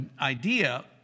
idea